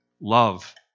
love